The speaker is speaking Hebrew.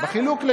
הצענו.